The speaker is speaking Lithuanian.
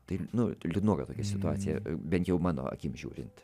tai nu liūdnoka tokia situacija bent jau mano akim žiūrint